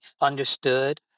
understood